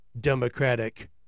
democratic